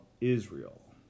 Israel